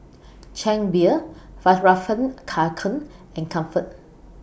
Chang Beer Fjallraven Kanken and Comfort